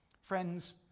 Friends